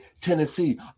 Tennessee